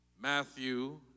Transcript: Matthew